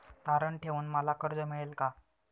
तारण ठेवून मला कर्ज मिळेल का?